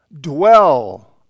Dwell